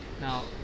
Now